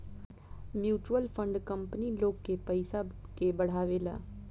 mutual fund company लोग के पयिसा के बढ़ावेला